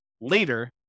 later